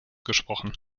gesprochen